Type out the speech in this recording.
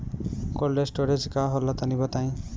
Cold storage का होला तनि बताई?